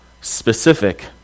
specific